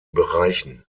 bereichen